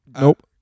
Nope